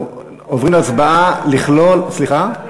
לא